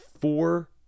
four